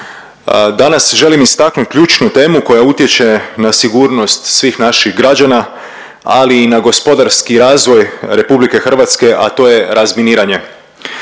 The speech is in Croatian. Danas želim istaknut ključnu temu koja utječe na sigurnost svih naših građana, ali i na gospodarski razvoj RH, a to je razminiranje.